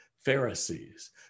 Pharisees